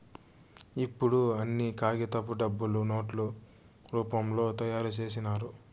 ఇప్పుడు అన్ని కాగితపు డబ్బులు నోట్ల రూపంలో తయారు చేసినారు